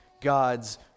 God's